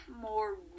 more